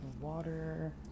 water